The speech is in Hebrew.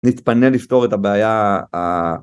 נתפנה לפתור את הבעיה.